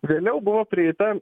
vėliau buvo prieita